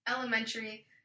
Elementary